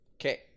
okay